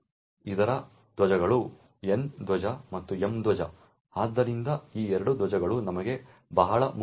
ಇತರ plugs N plug ಮತ್ತು M plug ಆದ್ದರಿಂದ ಈ 2 ಪ್ಲಾಗ್ಗಳು ನಮಗೆ ಬಹಳ ಮುಖ್ಯವಲ್ಲ